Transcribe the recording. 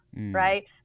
Right